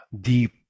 deep